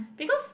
because